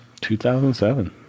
2007